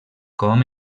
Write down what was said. com